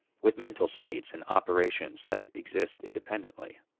with mental states and operations that exist independently.